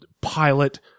pilot